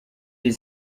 die